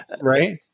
Right